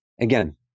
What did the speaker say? again